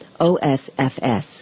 OSFS